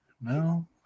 No